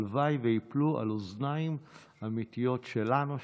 הלוואי שייפלו על אוזניות אמיתיות שלנו,